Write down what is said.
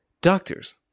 Doctors